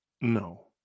No